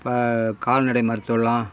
பா கால்நடை மருத்துவல்லாம்